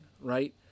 right